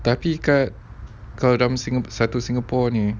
tapi kat kalau dalam sing~ satu singapore ini